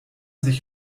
sich